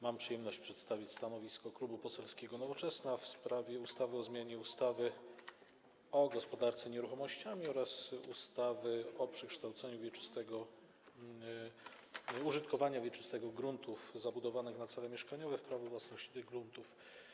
Mam przyjemność przedstawić stanowisko Klubu Poselskiego Nowoczesna w sprawie projektu ustawy o zmianie ustawy o gospodarce nieruchomościami oraz ustawy o przekształceniu użytkowania wieczystego gruntów zabudowanych na cele mieszkaniowe w prawo własności tych gruntów.